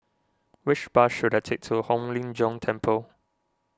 which bus should I take to Hong Lim Jiong Temple